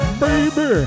baby